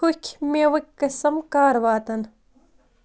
ہوٚکھ مٮ۪وٕکۍ قٕسٕم کَر واتَن